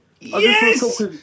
Yes